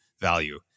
value